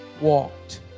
walked